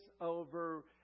over